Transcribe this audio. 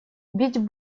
бить